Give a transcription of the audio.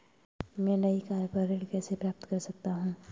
मैं नई कार पर ऋण कैसे प्राप्त कर सकता हूँ?